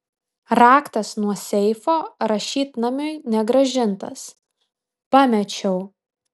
raktas nuo seifo rašytnamiui negrąžintas pamečiau